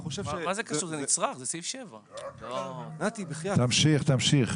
מה זה קשור, זה נצרך, זה סעיף 7. אני